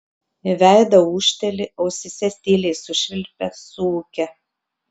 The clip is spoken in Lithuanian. į veidą ūžteli ausyse tyliai sušvilpia suūkia